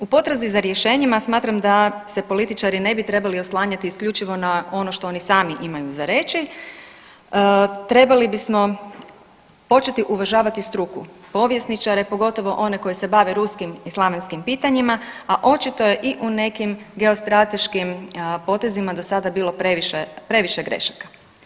U potrazi za rješenjima smatram da se političari ne bi trebali oslanjati isključivo na ono što oni sami imaju za reći, trebali bismo početi uvažavati struku, povjesničare pogotovo one koji se bave ruskim i slavenskim pitanjima, a očito je i u nekim geostrateškim potezima dosada bilo previše, previše grešaka.